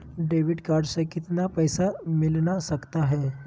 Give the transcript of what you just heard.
Debit card से कितने पैसे मिलना सकता हैं?